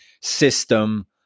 system